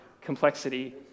complexity